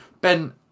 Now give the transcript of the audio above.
Ben